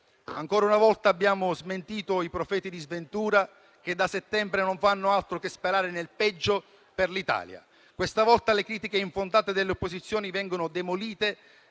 Ancora una volta abbiamo smentito i profeti di sventura che da settembre non fanno altro che sperare nel peggio per l'Italia. Questa volta le critiche infondate delle opposizioni vengono demolite